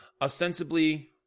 ostensibly